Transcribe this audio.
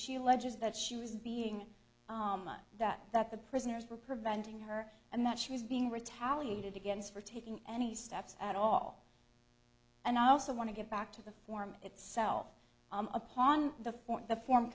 she ledges that she was being that that the prisoners were preventing her and that she was being retaliated against for taking any steps at all and i also want to get back to the form itself upon the fourth the form